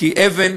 כי אבן